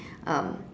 um